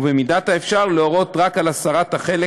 ובמידת האפשר להורות רק על הסרת החלק